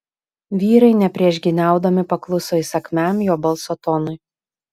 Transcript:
vyrai nepriešgyniaudami pakluso įsakmiam jo balso tonui